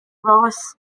ross